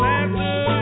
answer